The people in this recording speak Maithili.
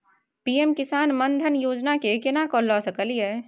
पी.एम किसान मान धान योजना के केना ले सकलिए?